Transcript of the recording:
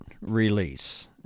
release